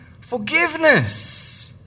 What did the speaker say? forgiveness